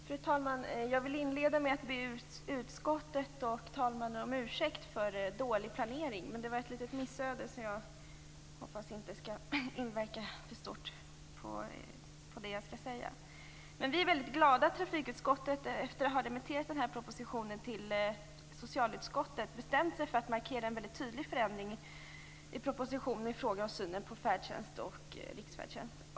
Fru talman! Jag vill inleda med att be utskottet och talmannen om ursäkt för min dåliga planering. Det var ett litet missöde som jag hoppas inte skall inverka i alltför hög grad på det jag skall säga. Vi är väldigt glada över att trafikutskottet, efter att ha remitterat den här propositionen till socialutskottet, har bestämt sig för att markera en väldigt tydlig förändring i propositionen i fråga om synen på färdtjänst och riksfärdtjänst.